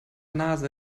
nase